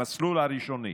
המסלול הראשוני,